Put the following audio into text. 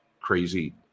crazy